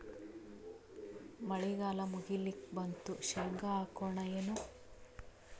ಮಳಿಗಾಲ ಮುಗಿಲಿಕ್ ಬಂತು, ಶೇಂಗಾ ಹಾಕೋಣ ಏನು?